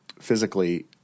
physically